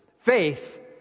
Faith